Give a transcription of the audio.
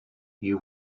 you